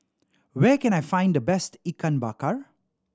where can I find the best Ikan Bakar